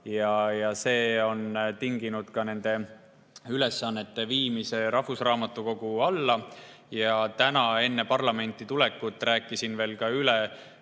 ja see on tinginud ka nende ülesannete viimise rahvusraamatukogu alla. Täna enne parlamenti tulekut rääkisin selle